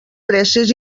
presses